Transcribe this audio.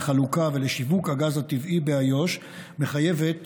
לחלוקה ולשיווק הגז הטבעי באיו"ש מחייבת